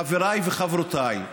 חבריי וחברותיי,